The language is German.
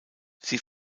sie